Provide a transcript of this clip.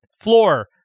floor